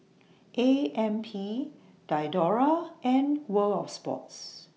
A M P Diadora and World of Sports